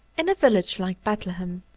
in a village like bethlehem,